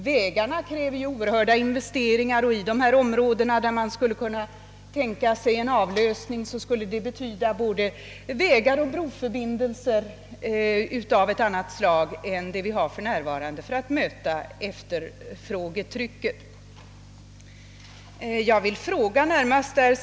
Vägarna kräver oerhörda investeringar, och i de områden där man skulle kunna tänka sig en avlösning med andra kommunikationsmedel, skulle det för att möta efterfrågetrycket behövas både vägar och broförbindelser av en annan omfattning än vi för närvarande har.